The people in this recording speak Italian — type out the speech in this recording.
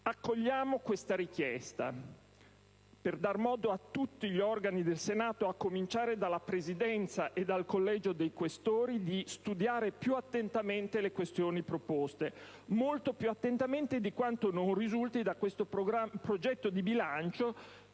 Accogliamo questa richiesta, per dar modo a tutti gli organi del Senato, a cominciare dalla Presidenza e dal Collegio dei Questori, di studiare più attentamente le questioni proposte; molto più attentamente di quanto non risulti da questo progetto di bilancio,